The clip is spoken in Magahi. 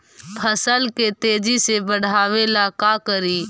फसल के तेजी से बढ़ाबे ला का करि?